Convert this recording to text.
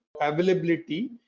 availability